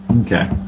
Okay